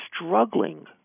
struggling